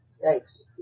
Thanks